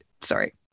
sorry